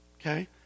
Okay